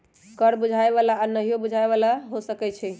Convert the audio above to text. कर बुझाय बला आऽ नहियो बुझाय बला हो सकै छइ